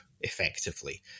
effectively